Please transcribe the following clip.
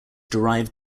derive